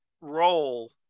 role